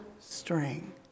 string